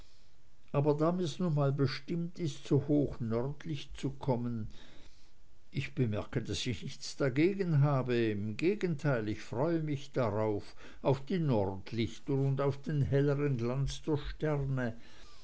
aber da mir's nun mal bestimmt ist so hoch nördlich zu kommen ich bemerke daß ich nichts dagegen habe im gegenteil ich freue mich darauf auf die nordlichter und auf den helleren glanz der sterne